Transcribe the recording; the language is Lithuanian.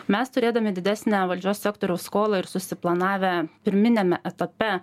mes turėdami didesnę valdžios sektoriaus skolą ir susiplanavę pirminiame etape